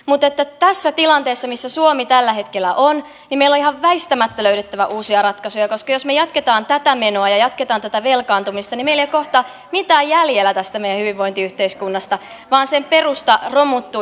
mutta tässä tilanteessa missä suomi tällä hetkellä on meidän on ihan väistämättä löydettävä uusia ratkaisuja koska jos me jatkamme tätä menoa ja jatkamme tätä velkaantumista niin meillä ei kohta ole mitään jäljellä tästä meidän hyvinvointiyhteiskunnasta vaan sen perusta romuttuu